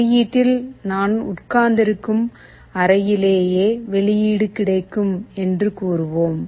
வெளியீட்டில் நான் உட்கார்ந்திருக்கும் அறையிலேயே வெளியீடு கிடைக்கும் என்று கூறுவோம்